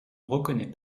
reconnais